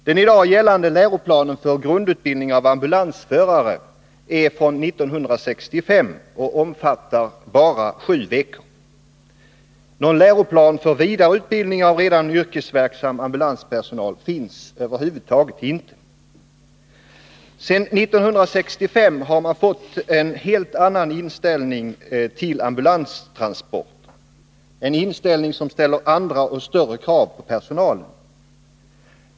Den i dag gällande läroplanen för grundutbildning av ambulansförare är från 1965 och omfattar bara sju veckor. Någon läroplan för vidareutbildning av redan yrkesverksam ambulanspersonal finns över huvud taget inte. Sedan 1965 har man fått en helt annan inställning till ambulanstransporter — en inställning som ställer andra och större krav på personalen.